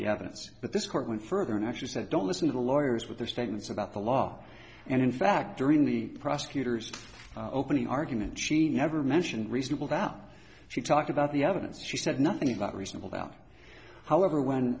the evidence but this court went further and actually said don't listen to lawyers with their statements about the law and in fact during the prosecutor's opening argument she never mentioned reasonable doubt she talked about the other that she said nothing about reasonable doubt however when